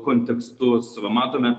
kontekstus va matome